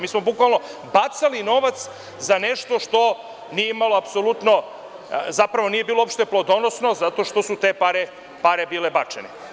Mi smo bukvalno bacali novac za nešto što apsolutno nije bilo plodonosno zato što su te pare bile bačene.